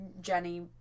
Jenny